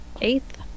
eighth